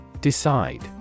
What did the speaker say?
Decide